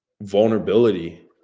vulnerability